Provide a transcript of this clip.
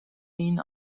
این